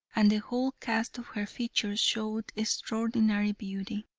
and the whole cast of her features showed extraordinary beauty.